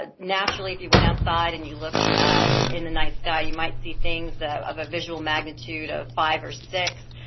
ah naturally if you went outside and you looked in the night sky you might see things of a visual magnitude of five or six,